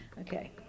Okay